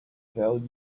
tell